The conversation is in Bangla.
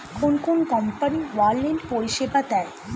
কোন কোন কোম্পানি ওয়ালেট পরিষেবা দেয়?